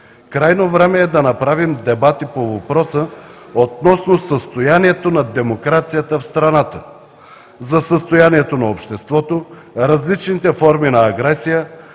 Крайно време е да направим дебат и по въпроса относно състоянието на демокрацията в страната, за състоянието на обществото, различните форми на агресия,